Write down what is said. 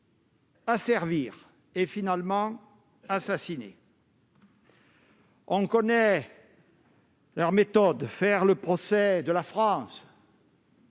asservir et finalement assassiner. On connaît leurs méthodes : faire le procès de la France,